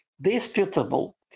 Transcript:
disputable